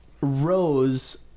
Rose